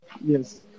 yes